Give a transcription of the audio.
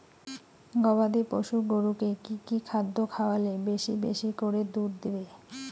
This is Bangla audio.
গবাদি পশু গরুকে কী কী খাদ্য খাওয়ালে বেশী বেশী করে দুধ দিবে?